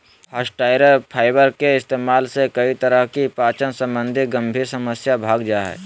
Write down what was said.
फास्इटर फाइबर के इस्तेमाल से कई तरह की पाचन संबंधी गंभीर समस्या भाग जा हइ